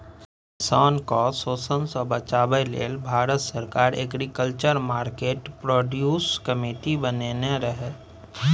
किसान केँ शोषणसँ बचेबा लेल भारत सरकार एग्रीकल्चर मार्केट प्रोड्यूस कमिटी बनेने रहय